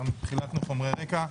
חילקנו חומרי רקע.